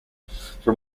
from